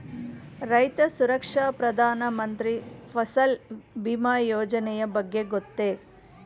ರೈತ ಸುರಕ್ಷಾ ಪ್ರಧಾನ ಮಂತ್ರಿ ಫಸಲ್ ಭೀಮ ಯೋಜನೆಯ ಬಗ್ಗೆ ಗೊತ್ತೇ?